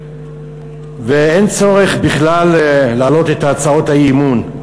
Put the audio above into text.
ואין צורך בכלל להעלות את הצעות האי-אמון.